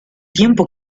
tiempo